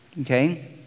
Okay